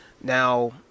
now